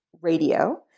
radio